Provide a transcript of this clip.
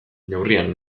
neurrian